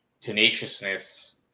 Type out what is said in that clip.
tenaciousness